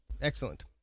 Excellent